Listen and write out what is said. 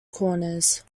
corners